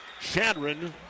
Shadron